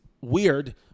weird